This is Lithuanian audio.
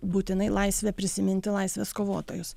būtinai laisvę prisiminti laisvės kovotojus